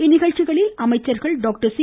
இந்நிகழ்ச்சிகளில் அமைச்சர்கள் doctor C